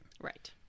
Right